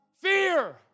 Fear